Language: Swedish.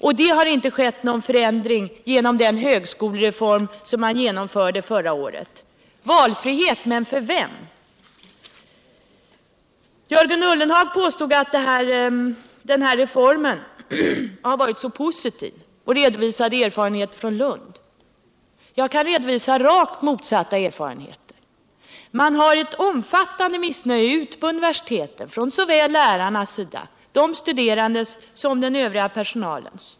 Och det har inte skett någon förändring genom den högskolereform som genomfördes förra året. Valfrihet. men för vem? Jörgen Ullenhag påstod att reformen har varit så positiv och redovisade erfarenheter från Lund. Jag kan redovisa rakt motsatta erfarenheter. Det finns ett omfattande missnöje vid universiteten — hos såväl de studerande som hos lärare och övrig personal.